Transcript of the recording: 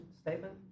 statement